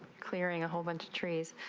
clearing a whole bunch of trees